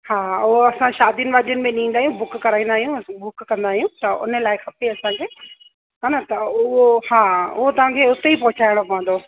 हा उहा असां शादियुनि वादियुनि में ॾींदा आहियूं बुक कराईंदा आहियूं बुक कंदा आहियूं उन लाइ खपे असांखे हे न त उहो हा उहो तव्हां खे उते ई पहुचाइणो पवंदो